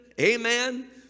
Amen